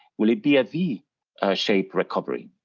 will it be ah be a v-shaped recovery?